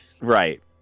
Right